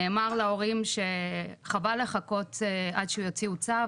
נאמר להורים שחבל לחכות עד שיוציאו צו,